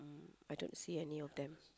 I don't see any of them